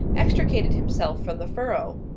extricated himself from the furrow.